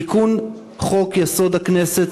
תיקון חוק-יסוד: הכנסת,